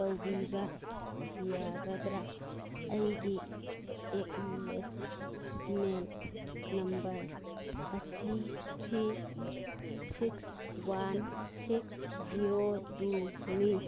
ꯇꯧꯕꯤꯕ ꯌꯥꯒꯗ꯭ꯔꯥ ꯑꯩꯒꯤ ꯑꯦꯛꯅꯣꯂꯦꯖꯃꯦꯟ ꯅꯝꯕꯔ ꯑꯁꯤ three six one six zero ꯇꯨꯅꯤ